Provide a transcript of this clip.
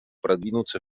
продвинуться